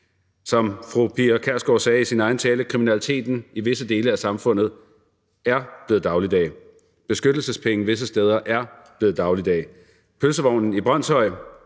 Som fru Pia Kjærsgaard sagde i sin egen tale, er kriminaliteten i visse dele af samfundet blevet dagligdag; beskyttelsespenge er visse steder blevet dagligdag; pølsevognen i Brønshøj